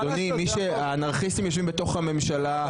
אדוני, האנרכיסטים יושבים בתוך הממשלה ומבעירים.